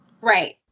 Right